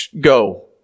go